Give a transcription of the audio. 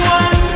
one